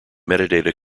metadata